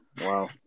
wow